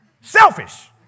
Selfish